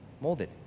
molded